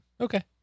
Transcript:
okay